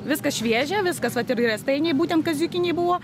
viskas šviežia viskas vat ir riestainiai būtent kaziukiniai buvo